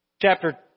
chapter